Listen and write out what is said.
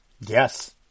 Yes